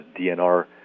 DNR